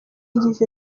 yagize